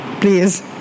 please